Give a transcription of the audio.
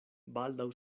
baldaŭ